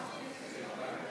חברי חברי הכנסת,